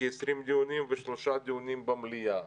ושלושה דיונים במליאה.